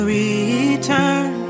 return